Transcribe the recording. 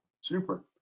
Super